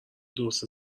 درست